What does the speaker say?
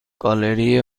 گالری